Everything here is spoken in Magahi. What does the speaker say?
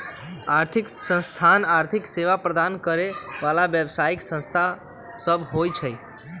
आर्थिक संस्थान आर्थिक सेवा प्रदान करे बला व्यवसायि संस्था सब होइ छै